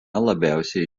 labiausiai